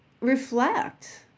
reflect